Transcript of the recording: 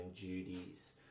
duties